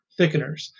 thickeners